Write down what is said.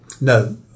no